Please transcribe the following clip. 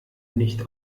nicht